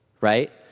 Right